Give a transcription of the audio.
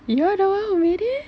you are the one who made it